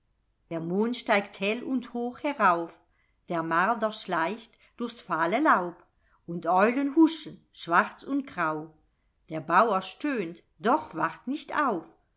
der mond steigt hell und hoch herauf der marder schleicht durchs fahle laub und eulen huschen schwarz und grau der bauer stöhnt doch wacht nicht auf